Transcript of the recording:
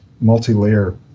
multi-layer